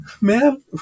man